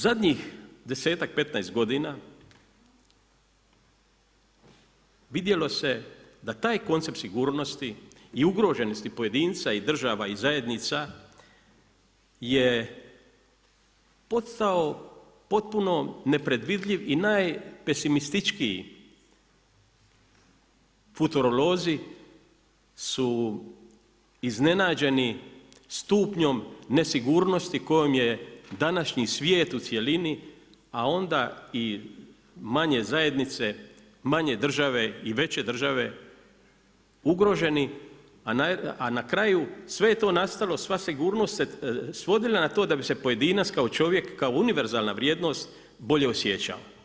Zadnjih desetak, petnaest godina vidjelo se da taj koncept sigurnosti i ugroženosti pojedinca i država i zajednica je postao potpuno nepredvidljiv i najpesimističniji, futurolozi su iznenađeni stupnjom nesigurnosti kojom je današnji svijet u cjelini, a onda i manje zajednice, manje države i veće države, ugroženi, a na kraju sve je to nastala, sva sigurnost se svodila na to da bi se pojedinac kao čovjek, kao univerzalna vrijednost bolje osjećao.